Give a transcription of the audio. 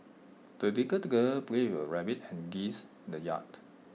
the little girl played with her rabbit and geese in the yard